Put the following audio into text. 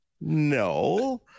No